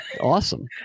Awesome